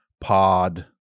Pod